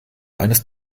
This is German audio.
eines